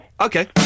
Okay